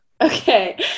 Okay